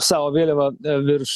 savo vėliavą virš